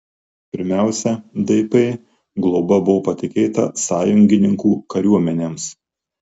pirmiausia dp globa buvo patikėta sąjungininkų kariuomenėms